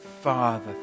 Father